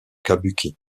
kabuki